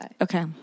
Okay